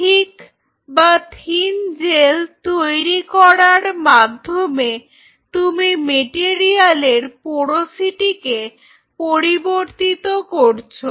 থিক্ বা thin gel তৈরি করার মাধ্যমে তুমি মেটেরিয়ালের পোরোসিটিকে পরিবর্তিত করছো